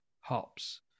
Hops